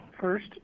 First